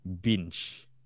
binge